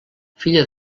filla